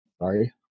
Sorry